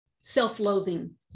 self-loathing